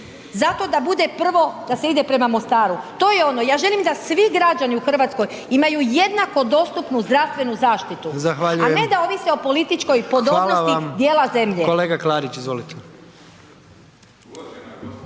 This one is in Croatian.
zato da bude prvo da se ide prema Mostaru. To je ono, ja želim da svi građani u Hrvatskoj imaju jednako dostupnu zdravstvenu zaštitu …/Upadica: Zahvaljujem./… a ne da ovise o političkoj podobnosti dijela zemlje.